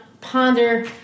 ponder